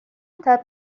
مطب